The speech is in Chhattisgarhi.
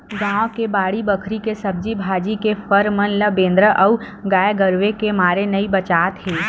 गाँव के बाड़ी बखरी के सब्जी भाजी, के फर मन ह बेंदरा अउ गाये गरूय के मारे नइ बाचत हे